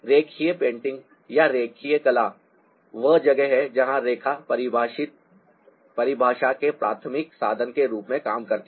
रेखीय पेंटिंग या रैखिक कला वह जगह है जहाँ रेखा परिभाषा के प्राथमिक साधन के रूप में काम करती है